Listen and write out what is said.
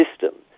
system